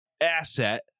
Asset